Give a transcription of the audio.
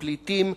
פליטים,